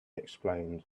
explained